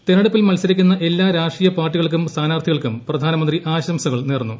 തെരഞ്ഞെടുപ്പിൽ മത്സരിക്കുന്ന എല്ലാ രാഷ്ട്രീയ പാർട്ടികൾക്കും സ്ഥാനാർത്ഥി കൾക്കും പ്രധാനമന്ത്രി ആശംസകൾ നേർന്നു